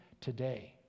today